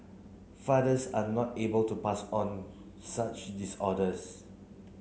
fathers are not able to pass on such disorders